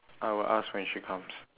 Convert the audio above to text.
I will ask when she comes